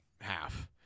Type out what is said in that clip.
half